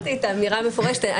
הבנתי את האמירה המפורשת.